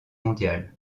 mondiale